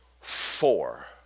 four